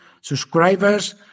Subscribers